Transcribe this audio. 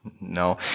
No